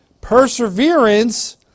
Perseverance